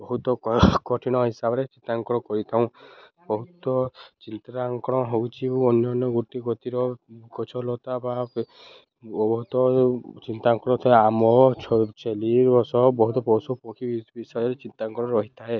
ବହୁତ କଠିନ ହିସାବରେ ଚିତ୍ରାଙ୍କନ କରିଥାଉ ବହୁତ ଚିତ୍ରାଙ୍କନ ହଉଛି ଅନ୍ୟାନ୍ୟ ଗୋଟି ଗତିର ଗଛ ଲତା ବା ବହୁତ ଚିତ୍ରାଙ୍କନ ଏ ଆମ ଛେଳିି ବଷ ବହୁତ ପଶୁ ପକ୍ଷୀ ବିଷୟରେ ଚିତ୍ରାଙ୍କନ ରହିଥାଏ